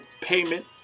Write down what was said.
payment